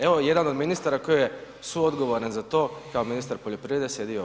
Evo, jedan od ministara koji je suodgovoran za to, kao ministar poljoprivrede, sjedi ovdje.